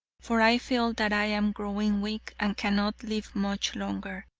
for i feel that i am growing weak and cannot live much longer.